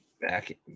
back